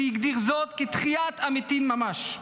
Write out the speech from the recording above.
שהגדיר זאת כתחיית המתים ממש.